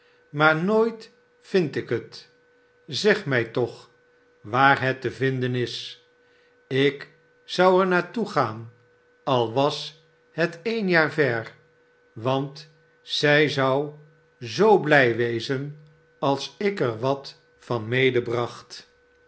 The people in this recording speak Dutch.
maar nooit vind ik het zeg mij toch waar het te vinden is ik zou er naar toe gaan al was het een jaar ver want zij zou zoo blij wezen als ik er wat van